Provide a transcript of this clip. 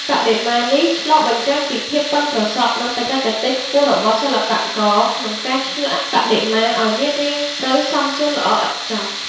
បដិមានេះឆ្លុះបញ្ចាំងពីភាពប៉ិនប្រសប់ និងបច្ចេកទេសខ្ពស់របស់សិល្បករក្នុងការឆ្លាក់បដិមាឱ្យមានរាងរៅសមសួនល្អឥតខ្ចោះ។